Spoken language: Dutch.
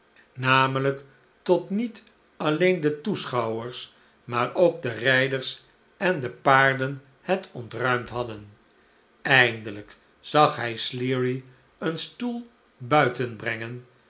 namelijk tot niet alleen de toeschouwers maar ook de rijders en de paarden het ontruimd hadden eindelijk zagyiij sleary een stoel buiten brengen